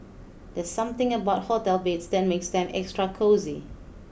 there's something about hotel beds that makes them extra cosy